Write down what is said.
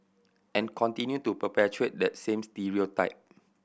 and continue to perpetuate that same stereotype